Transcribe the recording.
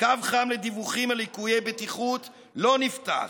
קו חם לדיווחים על ליקויי בטיחות לא נפתח,